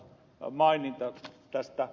kuitenkaan tätä ed